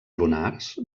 lunars